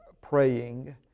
praying